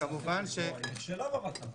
היא נכשלה במטרה.